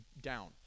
down